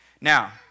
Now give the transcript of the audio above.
Now